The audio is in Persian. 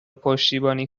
پشتیبانی